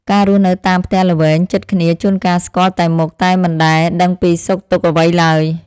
ការរស់នៅតាមផ្ទះល្វែងជិតគ្នាជួនកាលស្គាល់តែមុខតែមិនដែលដឹងពីសុខទុក្ខអ្វីឡើយ។